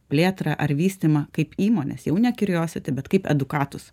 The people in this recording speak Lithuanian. plėtrą ar vystymą kaip įmonės jau ne kirijositi bet kaip edukatus